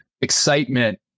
excitement